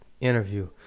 interview